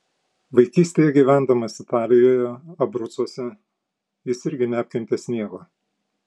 vaikystėje gyvendamas italijoje abrucuose jis irgi neapkentė sniego